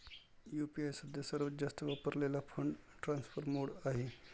UPI सध्या सर्वात जास्त वापरलेला फंड ट्रान्सफर मोड आहे